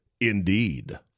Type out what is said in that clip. Indeed